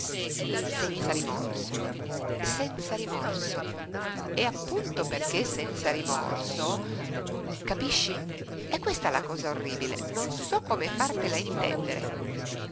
senza rimorso senza rimorso e appunto perché senza rimorso capisci è questa la cosa orribile non so come fartela intendere